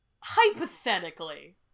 Hypothetically